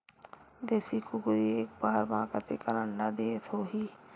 देशी कुकरी एक बार म कतेकन अंडा देत होही?